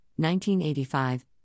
1985